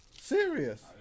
Serious